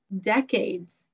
decades